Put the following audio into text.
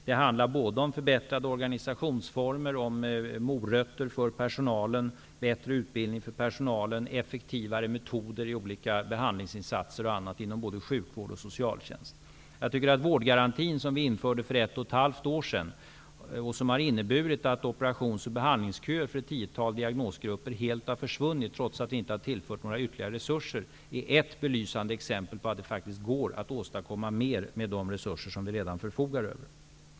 Det handlar både om förbättrade organisationsformer, om morötter för personalen, bättre utbildning för personalen och effektivare metoder vid olika behandlingsinsatser m.m. inom både sjukvård och socialtjänst. Vårdgarantin infördes för ett och ett halvt år sedan. Den har inneburit att operations och behandlingsköer för ett tiotal diagnosgrupper helt har försvunnit, trots att några ytterligare resurser inte har tillförts. Detta är ett belysande exempel på att det faktiskt går att åstadkomma mer med de resurser som vi redan förfogar över.